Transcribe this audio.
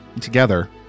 together